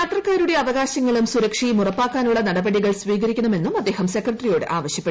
യാത്രക്കാരുടെ അവകാശങ്ങളും സുരക്ഷയും ഉറപ്പാക്കാനുള്ള നടപടികൾ സ്വീകരിക്കണമെന്നും അദ്ദേഹം സെക്രട്ടറിയോട് ആവശ്യപ്പെട്ടു